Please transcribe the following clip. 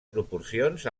proporcions